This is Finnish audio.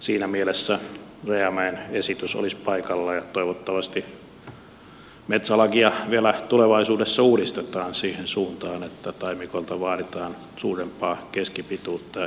siinä mielessä rajamäen esitys olisi paikallaan ja toivottavasti metsälakia vielä tulevaisuudessa uudistetaan siihen suuntaan että taimikoilta vaaditaan suurempaa keskipituutta